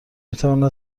میتواند